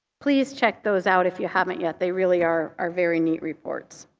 please check those out if you haven't yet. they really are are very neat reports.